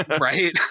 right